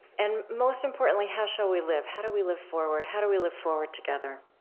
and most importantly, how shall we live? how do we live forward? how do we live forward together?